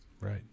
Right